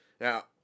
Now